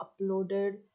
uploaded